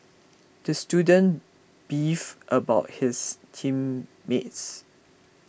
the student beefed about his team meets